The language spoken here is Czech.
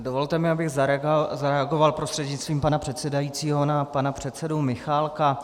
Dovolte mi, abych zareagoval prostřednictvím pana předsedajícího na pana předsedu Michálka.